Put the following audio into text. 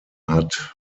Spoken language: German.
hat